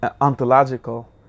ontological